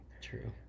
True